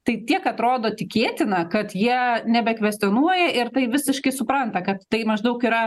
tai tiek atrodo tikėtina kad jie nebekvestionuoja ir tai visiškai supranta kad tai maždaug yra